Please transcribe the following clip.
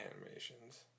animations